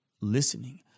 listening